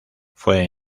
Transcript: fue